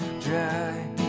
dry